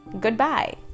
Goodbye